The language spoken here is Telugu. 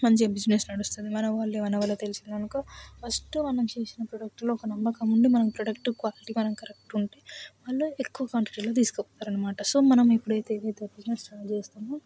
మంచిగా బిజినెస్ నడుస్తుంది మనవాళ్ళే మనవాళ్ళే తెలుసు కణుక ఫస్ట్ మనం చేసిన ప్రోడక్ట్లో ఒక నమ్మకం ఉండి మన ప్రోడక్ట్ క్వాలిటీ కనుక కరెక్ట్ ఉంటే వాళ్ళు ఎక్కువ క్వాంటిటీలో తీసుకుపోతారు అనమాట సో మనం ఎప్పుడైతే ఏదైతే బిజినెస్ రన్ చేస్తామో